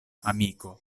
amiko